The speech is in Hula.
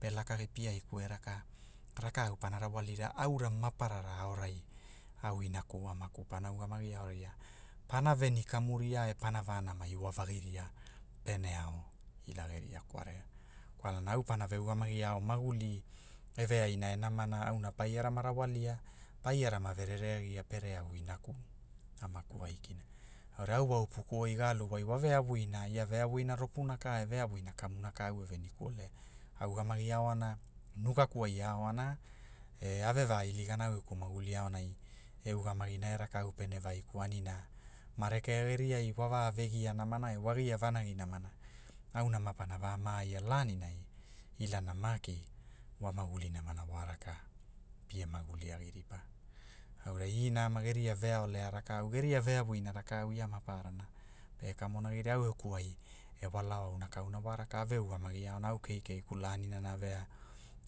Pe lakagi piaiku e raka, rakau pana rawalira, aura maparara aorai au inaku amaku pana ugamagiaoria, pana veni kamuria e pana va nama iwavagiria, pene ao, ila geria kwarea, kwalana au pana ve ugamagiao maguli eveaina e namana auna paiara ma rawalia, pai ara ma verere agia pere ao inaku, amaku aikina, aurai au wo upuku ge alu wai wa venuina ropuna ka e veavuina kamuna ka au e veniku ole, a ugamagi aoana, nugaku ai a aoana, e a ve va iligana au geku maguli aonai, e ugamagina au rakau pene vaiku anina, ma rekea geriai wa ve vegia namana e wa gia vanagi namana, auna mapara va maaia lanina, ilana maki, wa maguli namana wa raka, pie maguli agi ripa, aurai ina ama geria. veaolea rakau geria veavuina rakau ia mapararana, pe kamonagiria au geku ai, e walao auna ka- auna wa raka a ve ugamagi aona au kei kei ku laniana ve